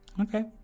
Okay